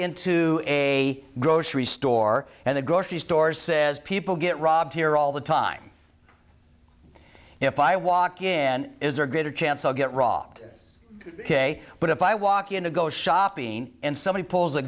into a grocery store and the grocery store says people get robbed here all the time if i walk in is there greater chance i'll get robbed ok but if i walk in to go shopping and somebody p